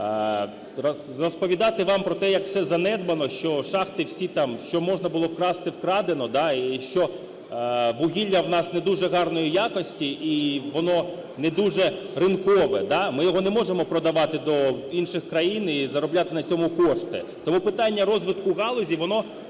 Розповідати вам про те, як все занедбано, що шахти всі там, що можна було вкрасти, вкрадено, і що вугілля у нас не дуже гарної якості і воно не дуже ринкове. Ми його не можемо продавати до інших країн і заробляти на цьому кошти. Тому питання розвитку галузі воно